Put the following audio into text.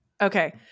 Okay